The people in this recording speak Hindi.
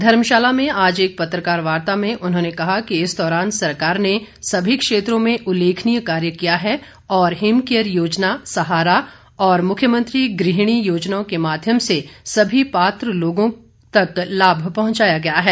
धर्मशाला में आज एक पत्रकार वार्ता में उन्होंने कहा कि इस दौरान सरकार ने सभी क्षेत्रों में उल्लेखनीय कार्य किया है और हिम केयर योजना सहारा और मुख्यमंत्री ग़हिणी योजनाओं के माध्यम से सभी पात्र लोगों लाभ पहंचाया गया है